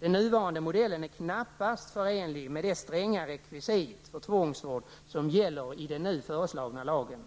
Den nuvarande modellen är knappast förenlig med det stränga rekvisitet för tvångsvård som gäller i den nu föreslagna lagen.